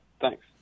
thanks